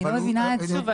אני לא מבינה את זה.